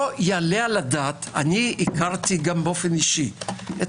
לא יעלה על הדעת הכרתי באופן אישי את